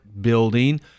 building